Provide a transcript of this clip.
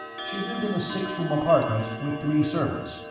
she lived in a six-room apartment, with three servants,